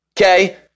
Okay